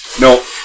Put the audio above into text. No